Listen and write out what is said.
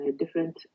different